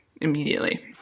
immediately